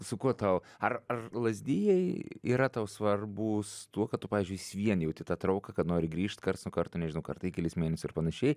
su kuo tau ar ar lazdijai yra tau svarbūs tuo kad tu pavyzdžiui is vien jauti tą trauką kad nori grįžt karts nuo karto nežinau kartą į kelis mėnesiu ir panašiai